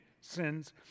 sins